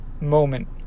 moment